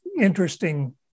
interesting